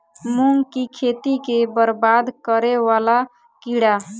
मूंग की खेती केँ बरबाद करे वला कीड़ा?